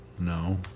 No